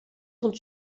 sont